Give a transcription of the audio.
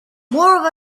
more